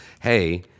hey